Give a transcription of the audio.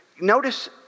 Notice